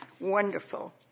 wonderful